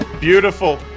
beautiful